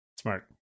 Smart